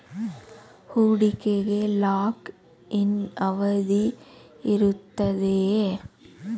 ಹೂಡಿಕೆಗೆ lock in ಅವಧಿ ಇರುತ್ತದೆಯೇ?